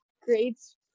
grades